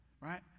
right